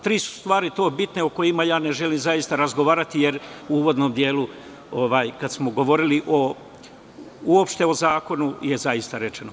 Tri su stvari bitne o kojim ne želim razgovarati, jer u uvodnom delu, kada smo govorili uopšte o zakonu, je zaista rečeno.